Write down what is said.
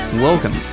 Welcome